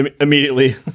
immediately